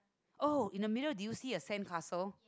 oh in the middle do you see a sand castle